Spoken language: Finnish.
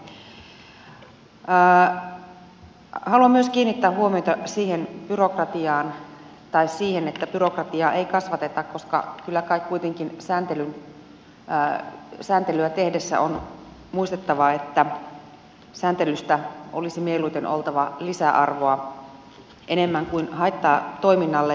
haluan myös kiinnittää huomiota siihen että byrokratiaa ei kasvateta koska kyllä kai kuitenkin sääntelyä tehdessä on muistettava että sääntelystä olisi mieluiten oltava lisäarvoa enemmän kuin haittaa toiminnalle